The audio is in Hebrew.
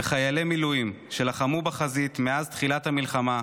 וחיילי מילואים שלחמו בחזית מאז תחילת המלחמה,